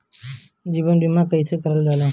जीवन बीमा कईसे करल जाला?